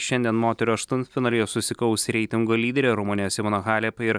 šiandien moterų aštuntfinalyje susikaus reitingo lyderė rumunė simona halė ir